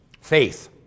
Faith